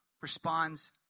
responds